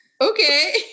okay